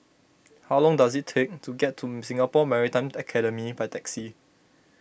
how long does it take to get to Singapore Maritime Academy by taxi